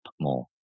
more